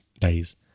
days